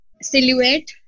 silhouette